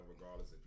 regardless